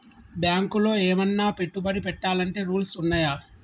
బ్యాంకులో ఏమన్నా పెట్టుబడి పెట్టాలంటే రూల్స్ ఉన్నయా?